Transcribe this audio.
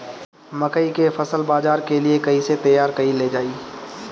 मकई के फसल बाजार के लिए कइसे तैयार कईले जाए?